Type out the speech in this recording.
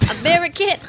American